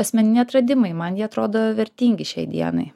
asmeniniai atradimai man jie atrodo vertingi šiai dienai